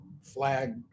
flag